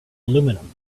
aluminium